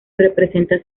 representa